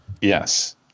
Yes